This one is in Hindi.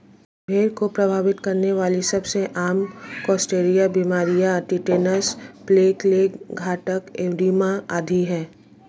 भेड़ को प्रभावित करने वाली सबसे आम क्लोस्ट्रीडिया बीमारियां टिटनेस, ब्लैक लेग, घातक एडिमा आदि है